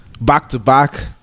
back-to-back